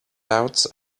doubts